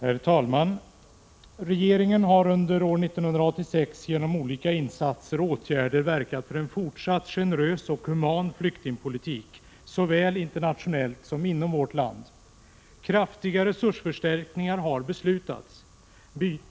Herr talman! Regeringen har under år 1986 genom olika insatser och åtgärder verkat för en fortsatt generös och human flyktingpolitik såväl internationellt som inom vårt land. Kraftiga resursförstärkningar har beslutats.